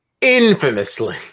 infamously